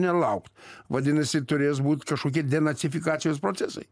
nelaukt vadinasi turės būt kažkokie denacifikacijos procesai